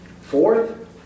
Fourth